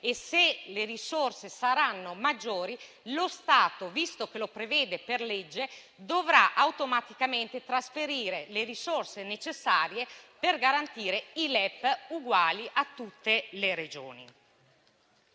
e se le risorse saranno maggiori, lo Stato, visto che lo prevede per legge, dovrà automaticamente trasferire le risorse necessarie per garantire i LEP uguali a tutte le Regioni.